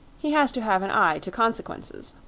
he has to have an eye to consequences.